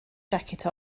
jacket